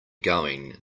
going